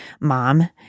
mom